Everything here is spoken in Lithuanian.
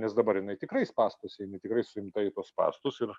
nes dabar jinai tikrai spąstuose jinai tikrai suimta į tuos spąstus ir